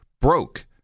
broke